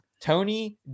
tony